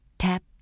Tap